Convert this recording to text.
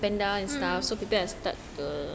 mm